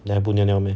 then 它不尿尿 meh